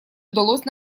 удалось